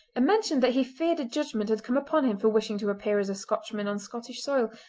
mentioned that he feared a judgment had come upon him for wishing to appear as a scotchman on scottish soil,